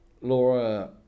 Laura